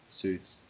suits